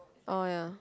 oh ya